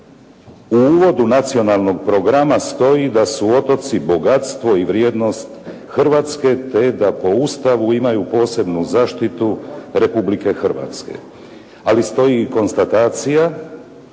U uvodu nacionalnog programa stoji da su otoci bogatstvo i vrijednost Hrvatske te da po Ustavu imaju posebnu zaštitu Republike Hrvatske, ali stoji i konstatacija